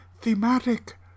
thematic